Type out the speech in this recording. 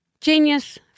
Genius